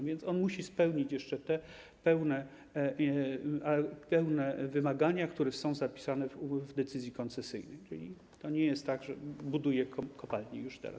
A więc on musi spełnić jeszcze te pełne wymagania, które są zapisane w decyzji koncesyjnej, czyli to nie jest tak, że buduje kopalnię już teraz.